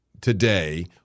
today